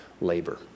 Labor